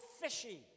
fishy